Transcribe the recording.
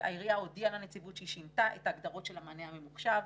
העירייה הודיעה לנציבות שהיא שינתה את ההגדרות של המענה הממוחשב,